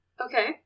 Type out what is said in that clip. Okay